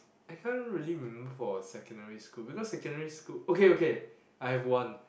I can't really remember for secondary school because secondary school okay okay I have one